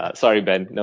ah sorry, ben. you know